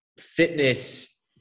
fitness